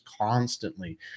constantly